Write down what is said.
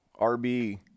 RB